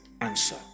answer